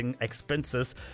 expenses